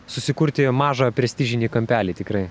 susikurti mažą prestižinį kampelį tikrai